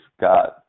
God